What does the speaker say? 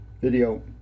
video